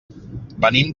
venim